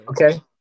Okay